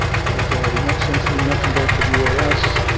so those are we want something nuts and bolts of us